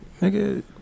nigga